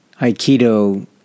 Aikido